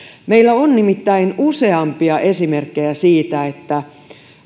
meillä on nimittäin useampia esimerkkejä siitä että